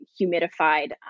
humidified